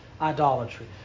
Idolatry